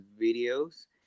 videos